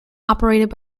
operated